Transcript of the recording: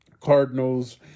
Cardinals